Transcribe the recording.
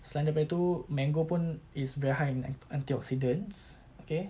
selain daripada itu mango pun is very high in an~ antioxidants okay